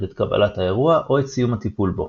את קבלת האירוע או את סיום הטיפול בו.